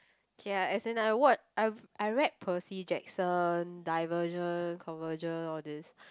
K ah as in I wa~ I've I read Percy-Jackson Divergent Convergent all these